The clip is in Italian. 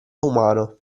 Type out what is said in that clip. umano